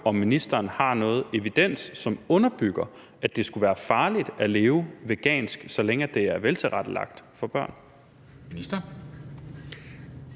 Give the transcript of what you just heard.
om ministeren har noget evidens, som underbygger, at det skulle være farligt for børn at leve vegansk, så længe det er veltilrettelagt. Kl.